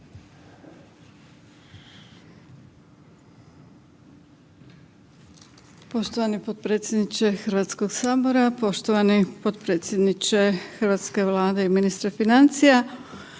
Poštovani potpredsjedniče Hrvatskog sabora, poštovani potpredsjedniče hrvatske Vlade i ministre financija.